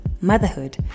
Motherhood